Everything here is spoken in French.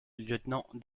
lieutenant